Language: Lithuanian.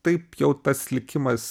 taip jau tas likimas